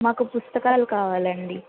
మాకు పుస్తకాలు కావాలండి